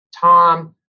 Tom